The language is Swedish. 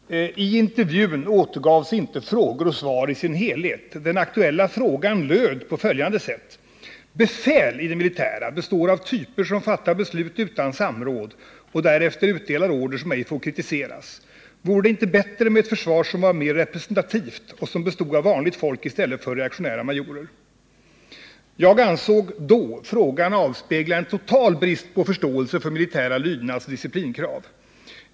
Herr talman! I tidningsartikeln återgavs inte frågor och svar i deras helhet. Den aktuella frågan löd på följande sätt: Befäl i det militära består av typer som fattar beslut utan samråd och därefter utdelar order som ej får kritiseras. Vore det inte bättre med ett försvar som var mer representativt och som bestod av vanligt folk i stället för reaktionära majorer? Jag ansåg då frågan avspegla en total brist på förståelse för militära lydnadsoch disciplinkrav.